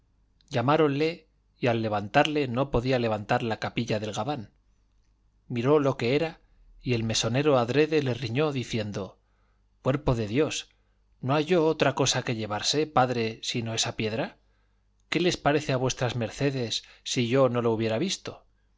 llamáronle y al levantarse no podía levantar la capilla del gabán miró lo que era y el mesonero adrede le riñó diciendo cuerpo de dios no halló otra cosa que llevarse padre sino esa piedra qué les parece a v mds si yo no lo hubiera visto